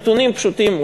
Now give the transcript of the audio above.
נתונים פשוטים,